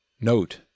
Note